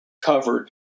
covered